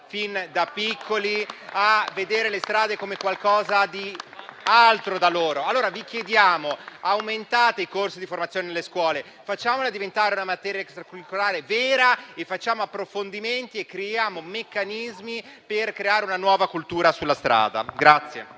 fin da piccoli, a vedere le strade come qualcosa di altro da loro? Vi chiediamo, dunque, di aumentate i corsi di formazione nelle scuole. Facciamola diventare una materia extracurricolare vera, facciamo approfondimenti e creiamo meccanismi per creare una nuova cultura sulla strada.